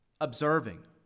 observing